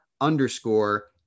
underscore